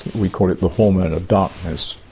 we call it the hormone of darkness.